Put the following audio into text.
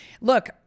Look